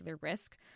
risk